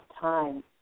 time